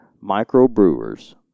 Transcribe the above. micro-brewers